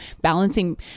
balancing